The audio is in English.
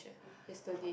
yesterday